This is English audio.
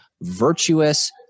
Virtuous